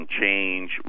change